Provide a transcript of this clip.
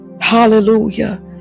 hallelujah